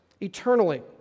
Eternally